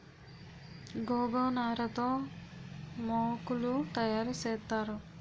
గోగనార తో మోకులు తయారు సేత్తారు